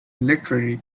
literary